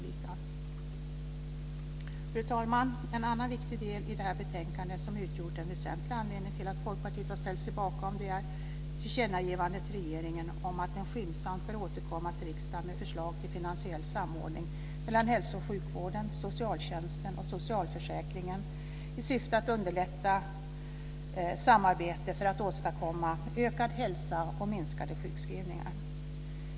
Fru talman! En annan viktig del i detta betänkande, som utgjort en väsentlig anledning till att Folkpartiet har ställt sig bakom det, är tillkännagivandet till regeringen om att den skyndsamt bör återkomma till riksdagen med förslag till finansiell samordning mellan hälso och sjukvården, socialtjänsten och socialförsäkringen i syfte att underlätta samarbete för att åstadkomma ökad hälsa och minskade sjukskrivningar.